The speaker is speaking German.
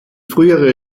frühere